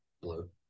Blue